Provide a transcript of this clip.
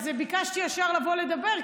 אז ביקשתי ישר לבוא לדבר,